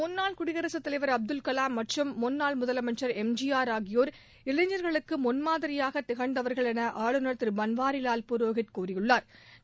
முன்னாள் குடியரசுத்தலைவா் அப்துல் கலாம் மற்றும் முன்னாள் முதலமைச்சா் எம் ஐி ஆர் ஆகியோர் இளைஞர்களுக்கு முன்மாதிரியாக திகழ்ந்தவர்கள் என ஆளுநர் திரு பன்வாரிவால் புரோகித் கூறியுள்ளா்